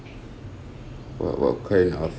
what what kind of